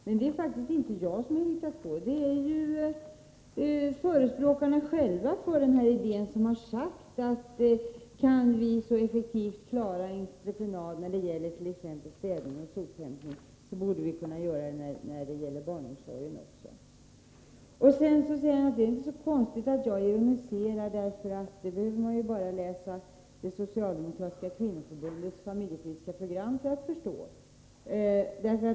Men det är faktiskt inte jag som hittat på denna jämförelse, utan det är förespråkarna för denna idé som själva har sagt att om vi så effektivt kan klara entreprenad när det gäller t.ex. städning och sophämtning, så borde vi kunna göra det när det gäller barnomsorgen också. Sedan säger Göte Jonsson också att det inte är så konstigt att jag ironiserar — man behöver bara läsa socialdemokratiska kvinnoförbundets familjeprogram för att förstå det.